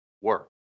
work